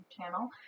channel